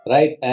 Right